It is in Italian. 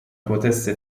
potesse